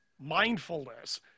mindfulness